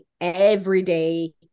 everyday